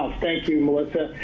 thank you, melissa.